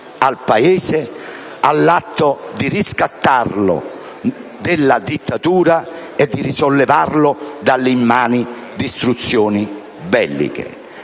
al Paese, all'atto di riscattarlo dalla dittatura e di risollevarlo dalle immani distruzioni belliche.